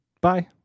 bye